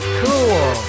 cool